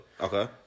Okay